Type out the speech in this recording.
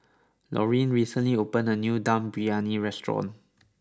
Laurine recently opened a new Dum Briyani restaurant